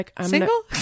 single